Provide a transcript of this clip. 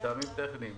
מטעמים טכניים